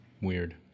weird